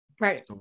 right